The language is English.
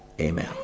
amen